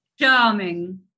Charming